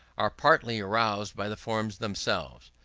are partially aroused by the forms themselves.